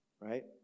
right